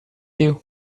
you